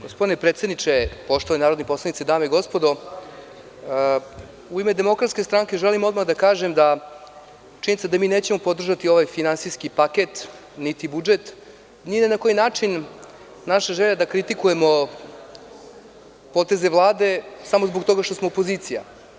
Gospodine predsedniče, poštovani narodni poslanici, dame i gospodo, u ime DS želim odmah da kažem da je činjenica da nećemo podržati ovaj finansijski paket, niti budžet, niti je ni na koji način naša želja da kritikujemo poteze Vlade samo zbog toga što smo opozicija.